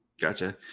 Gotcha